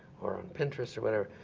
or on pinterest or whatever.